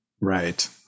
Right